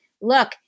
look